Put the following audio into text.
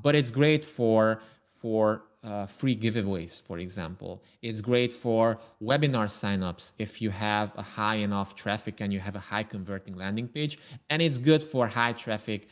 but it's great for for free giveaways, for example, is great for webinar sign ups. if you have a high enough traffic and you have a high converting landing page and it's good for high traffic